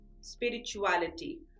spirituality